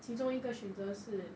其中一个选择是